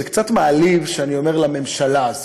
זה קצת מעליב שאני אומר "לממשלה הזאת",